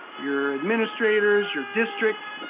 your administrators, your district.